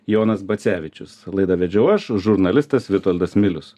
jonas bacevičius laidą vedžiau aš žurnalistas vitoldas milius